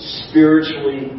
spiritually